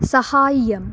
सहाय्यम्